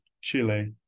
chile